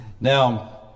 Now